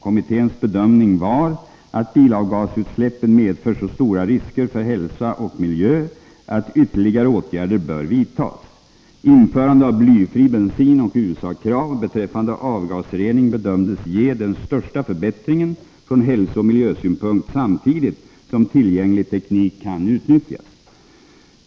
Kommitténs bedömning var att bilavgasutsläppen medför så stora risker för hälsa och miljö att ytterligare åtgärder bör vidtas. Införande av blyfri bensin och USA-krav beträffande avgasrening bedömdes ge den största förbättring en från hälsooch miljösynpunkt samtidigt som tillgänglig teknik kan utnyttjas.